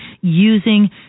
using